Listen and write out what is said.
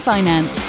Finance